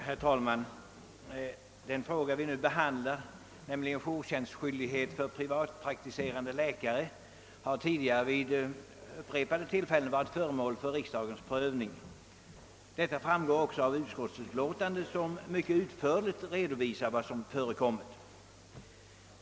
Herr talman! Det ärende vi nu behandlar, nämligen frågan om jourskyldighet för privatpraktiserande läkare, har tidigare vid upprepade tillfällen varit föremål för riksdagens prövning. Detta framgår också av utskottsutlåtandet, som mycket utförligt redovisar vad som förekommit.